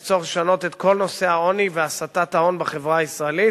יש צורך לשנות את כל נושא העוני והסטת ההון בחברה הישראלית,